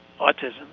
autism